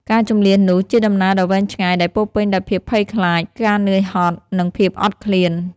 ការជម្លៀសនោះ ជាដំណើរដ៏វែងឆ្ងាយដែលពោរពេញដោយភាពភ័យខ្លាច ការនឿយហត់ និងភាពអត់ឃ្លាន។